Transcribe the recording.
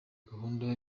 gahunda